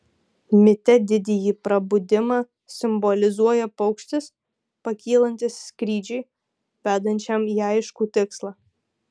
mite didįjį prabudimą simbolizuoja paukštis pakylantis skrydžiui vedančiam į aiškų tikslą